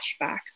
flashbacks